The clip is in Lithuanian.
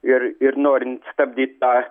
ir ir norint stabdyt tą